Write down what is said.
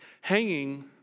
Hanging